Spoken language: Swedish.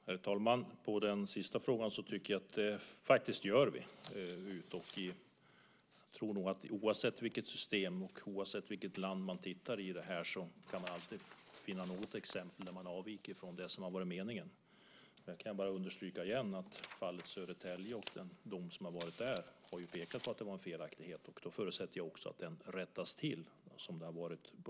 Herr talman! På den sista frågan vill jag svara att jag tycker att vi gör det. Jag tror nog att oavsett vilket system och vilket land vi tittar på kan vi alltid finna något exempel där man avviker från det som har varit meningen. Jag kan bara återigen understryka att fallet i Södertälje och domen där pekar på att det var en felaktighet. Då förutsätter jag att den rättas till.